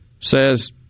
Says